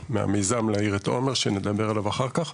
מהמיזם להאיר את עומר שנדבר עליו אחר כך,